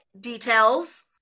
details